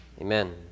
Amen